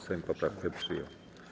Sejm poprawkę przyjął.